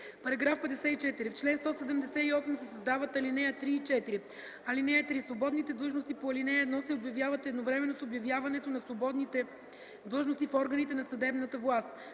§ 54: „§ 54. В чл. 178 се създават ал. 3 и 4: „(3) Свободните длъжности по ал. 1 се обявяват едновременно с обявяването на свободните длъжности в органите на съдебната власт